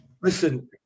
Listen